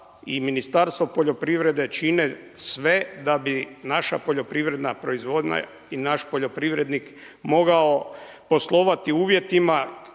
i Ministarstvo poljoprivrede čine sve da bi naša poljoprivredna proizvodnja i naš poljoprivrednik mogao poslovati u uvjetima